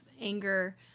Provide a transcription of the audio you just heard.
anger